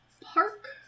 park